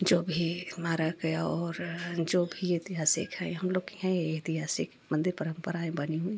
जो भी हमारा गया और जो भी ऐतिहासिक है हम लोग के यहाँ यही ऐतिहासिक मंदिर परम्पराएँ बनी हुई हैं